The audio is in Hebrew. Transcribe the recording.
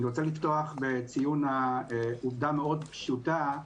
אני רוצה לפתוח בציון עובדה מאוד פשוטה,